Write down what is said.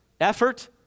effort